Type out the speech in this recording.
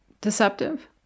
deceptive